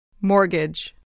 mortgage